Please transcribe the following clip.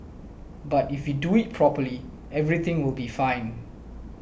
but if you do it properly everything will be fine